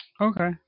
okay